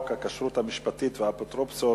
חוק הכשרות המשפטית והאפוטרופסות